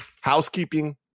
housekeeping